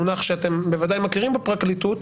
מונח שאתם בוודאי מכירים בפרקליטות,